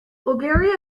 bulgaria